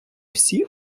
всі